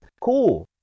Cool